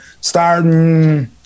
Starting